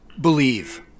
believe